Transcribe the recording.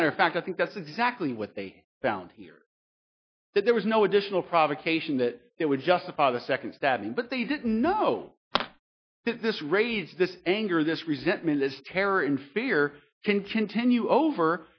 matter of fact i think that's exactly what they found here that there was no additional provocation that it would justify the second stabbing but they didn't know that this raised this anger this resentment this terror and fear can continue over